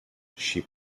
she